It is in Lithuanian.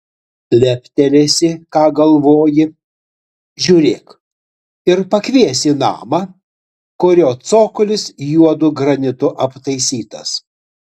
leptelėsi ką galvoji žiūrėk ir pakvies į namą kurio cokolis juodu granitu aptaisytas